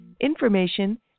information